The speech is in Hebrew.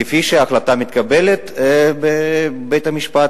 כפי שההחלטה מתקבלת בבית-המשפט,